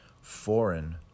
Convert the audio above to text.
foreign